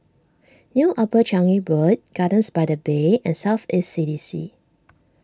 New Upper Changi Road Gardens by the Bay and South East C D C